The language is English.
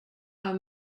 are